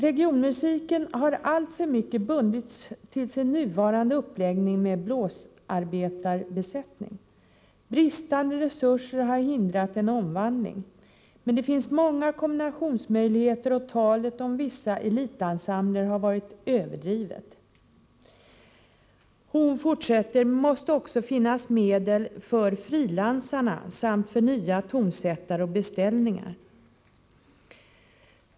Regionmusiken har alltför mycket bundits till sin nuvarande uppläggning med blåsarbesättning. Bristande resurser har hindrat en omvandling. Men det finns många kombinationsmöjligheter och talet om vissa elitensembler har varit något överdrivet. Det måste också finnas medel för frilansarna samt för nya tonsättare och beställningar.